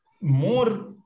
more